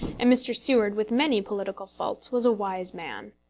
and mr. seward, with many political faults, was a wise man.